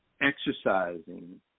exercising